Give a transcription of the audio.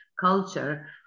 culture